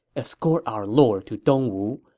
escort our lord to dongwu.